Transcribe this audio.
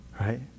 right